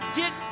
get